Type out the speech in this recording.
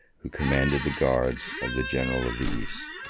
who commanded the guards of the general of the east.